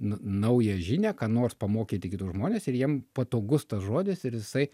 naują žinią ką nors pamokyti kitus žmones ir jiem patogus tas žodis ir jisai